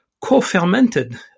co-fermented